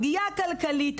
פגיעה כלכלית,